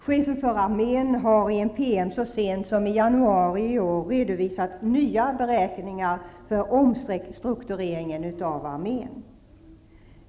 Chefen för armén har i en PM så sent som i januari i år redovisat nya beräkningar för omstruktureringen av armén.